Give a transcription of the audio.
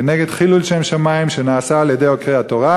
כנגד חילול שם שמים שנעשה על-ידי עוקרי הדת.